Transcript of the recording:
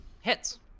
Hits